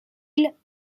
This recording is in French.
mille